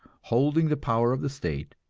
holding the power of the state,